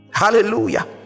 Hallelujah